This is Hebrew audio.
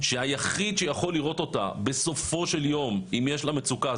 שהיחיד שיכול לראות אותה בסופו של יום אם יש לה מצוקה,